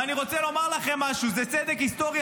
ואני רוצה לומר לכם משהו: זה צדק היסטורי,